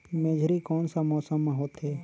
मेझरी कोन सा मौसम मां होथे?